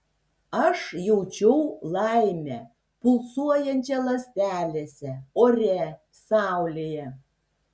aš jaučiau laimę pulsuojančią ląstelėse ore saulėje